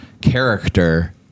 character